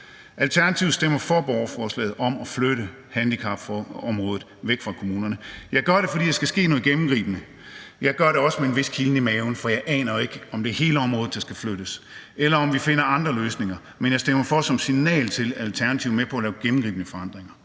Alternativet stemmer for borgerforslaget om at flytte handicapområdet væk fra kommunerne. Vi gør det, fordi der skal ske noget gennemgribende. Vi gør det også med en vis kilden i maven, for vi aner jo ikke, om det er hele området, der skal flyttes, eller om vi finder andre løsninger, men vi stemmer for som signal om, at Alternativet er med på at lave gennemgribende forandringer.